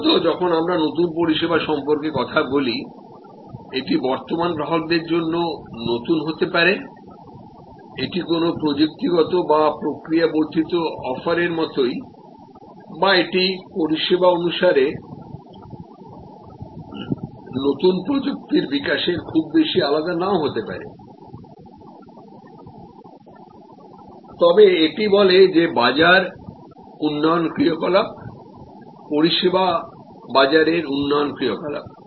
সাধারণত যখন আমরা নতুন পরিষেবা সম্পর্কে কথা বলি এটি বর্তমান গ্রাহকদের জন্য নতুন হতে পারে সুতরাং এটি কোনও প্রযুক্তিগত বা প্রক্রিয়া বর্ধিত অফারের মতোই বা এটি পরিষেবা অনুসারে নতুন প্রযুক্তির বিকাশের খুব বেশি আলাদা নাও হতে পারে তবে এটি বলে যে বাজার উন্নয়ন ক্রিয়াকলাপ পরিষেবা বাজারের উন্নয়ন ক্রিয়াকলাপ